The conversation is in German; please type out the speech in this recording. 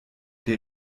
der